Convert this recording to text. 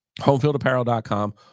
homefieldapparel.com